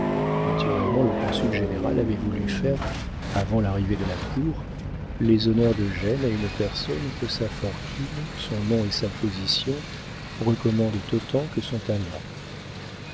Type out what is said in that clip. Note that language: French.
naturellement le consul général avait voulu faire avant l'arrivée de la cour les honneurs de gênes à une personne que sa fortune son nom et sa position recommandent autant que son talent